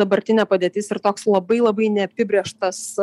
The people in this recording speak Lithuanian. dabartinė padėtis ir toks labai labai neapibrėžtas